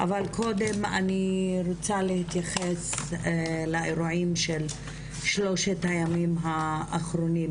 אבל קודם אני רוצה להתייחס לאירועים של שלושת הימים האחרונים,